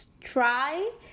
try